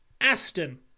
Aston